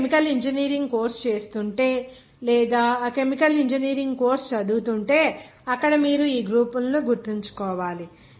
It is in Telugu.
మీరు కెమికల్ ఇంజనీరింగ్ కోర్సు చేస్తుంటే లేదా ఆ కెమికల్ ఇంజనీరింగ్ కోర్సు చదువుతుంటే అక్కడ మీరు ఈ గ్రూపులను గుర్తుంచుకోవాలి